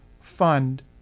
fund